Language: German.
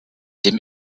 dem